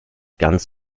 ganz